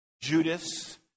Judas